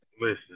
Listen